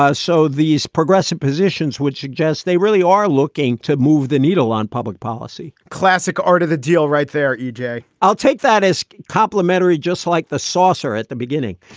ah so these progressive positions would suggest they really are looking to move the needle on public policy classic art of the deal right there, e j. i'll take that as complimentary. just like the saucer at the beginning